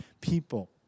people